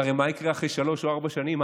כי הרי מה יקרה אחרי שלוש או ארבע שנים?